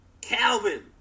Calvin